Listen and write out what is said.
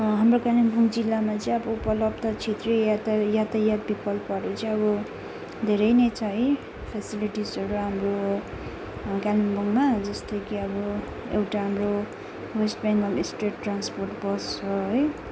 हाम्रो कालिम्पोङ जिल्लामा चाहिँ अब उपलब्ध क्षेत्रीय यात यातायात विकल्पहरू चाहिँ अब धेरै नै छ है फेसिलिटिसहरू हाम्रो कालिम्पोङमा जस्तै कि अब एउटा हाम्रो West Bengal state transport bus छ है